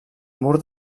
mur